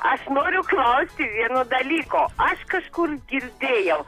aš noriu klausti vieno dalyko aš kažkur girdėjau